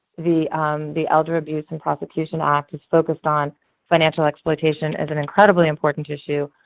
the the elder abuse and prosecution act is focused on financial exploitation as an incredibly important issue.